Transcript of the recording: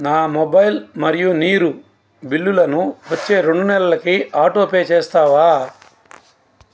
నా మొబైల్ మరియు నీరు బిల్లులను వచ్చే రెండు నెలలకి ఆటోపే చేస్తావా